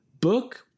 book